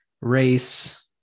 race